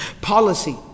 policy